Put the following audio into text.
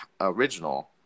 original